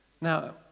Now